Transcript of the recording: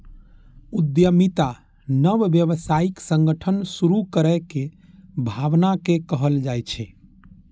उद्यमिता नव व्यावसायिक संगठन शुरू करै के भावना कें कहल जाइ छै